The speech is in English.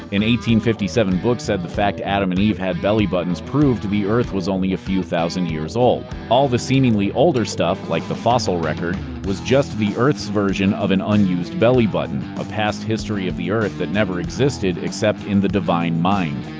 fifty seven book said the fact adam and eve had belly buttons proved the earth was only a few thousand years old. all the seemingly older stuff, like the fossil record, was just the earth's version of an unused belly button. a past history of the earth that never existed except in the divine mind.